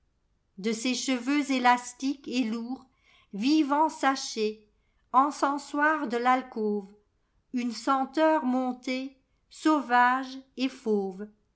de ses cheveux élastiques et lourds vivant sachet encensoir de l'alcôve une senteur montait sauvage et fauve